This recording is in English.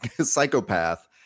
psychopath